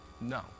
no